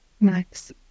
Nice